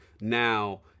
now